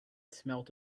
smelt